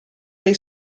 dei